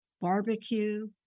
barbecue